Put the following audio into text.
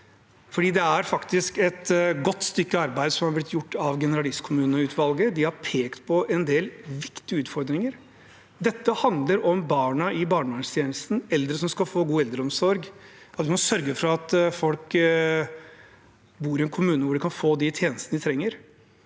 det er faktisk et godt stykke arbeid som er blitt gjort av generalistkommuneutvalget. De har pekt på en del viktige utfordringer. Dette handler om barna i barnevernstjenesten og eldre som skal få god eldreomsorg – at vi må sørge for at folk bor i en kommune hvor de kan få de tjenestene de trenger.